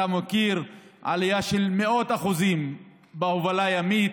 אתה מכיר את העלייה של מאות האחוזים בהובלה הימית,